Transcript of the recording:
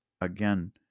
again